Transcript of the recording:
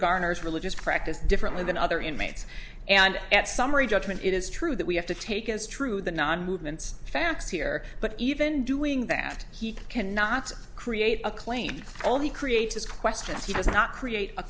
garner's religious practice differently than other inmates and at summary judgment it is true that we have to take as true the non movement's facts here but even doing that he cannot create a claim only creates this question if he does not create a